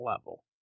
level